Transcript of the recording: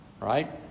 right